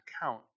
account